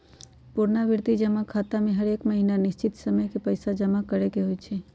पुरनावृति जमा खता में हरेक महीन्ना निश्चित समय के पइसा जमा करेके होइ छै